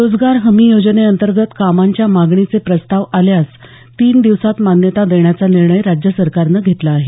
रोजगार हमी योजनेअंतर्गत कामांच्या मागणीचे प्रस्ताव आल्यास तीन दिवसात मान्यता देण्याचा निर्णय राज्य सरकारनं घेतला आहे